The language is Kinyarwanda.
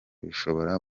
bishobora